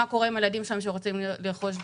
מה קורה עם הילדים שלהם שרוצים לרכוש דירה?